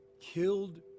killed